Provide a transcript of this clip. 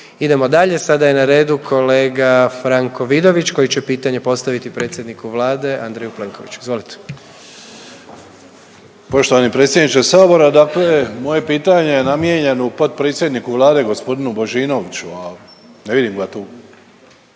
Idemo dalje, sada je na redu kolega Franko Vidović koji će pitanje postaviti predsjedniku Vlade Andreju Plenkoviću, izvolite. **Vidović, Franko (Socijaldemokrati)** Poštovani predsjedniče sabora, dakle moje pitanje je namijenjeno potpredsjedniku Vlade g. Božinoviću, a ne vidim ga tu.